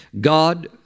God